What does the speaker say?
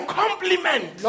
compliment